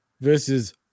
versus